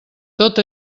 tot